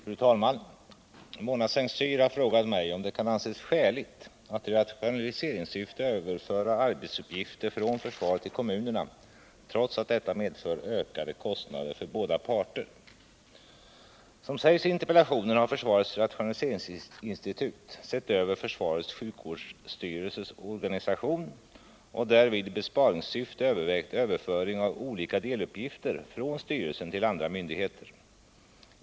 Fru talman! Mona S:t Cyr har frågat mig om det kan anses skäligt att i rationaliseringssyfte överföra arbetsuppgifter från försvaret till kommunerna, trots att detta medför ökade kostnader för båda parter. Som sägs i interpellationen har försvarets rationaliseringsinstitut sett över försvarets sjukvårdsstyrelses organisation och därvid i besparingssyfte övervägt överföring av olika deluppgifter från styrelsen till andra myndigheter.